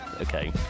okay